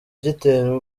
gitera